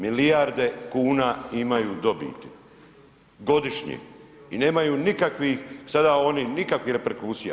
Milijarde kuna imaju dobiti godišnje i nemaju nikakvih sada oni, nikakvih reperkusija.